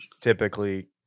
typically